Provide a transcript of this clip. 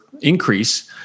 increase